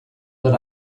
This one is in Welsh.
ddod